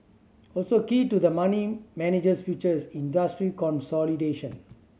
also key to the money manager's future is industry consolidation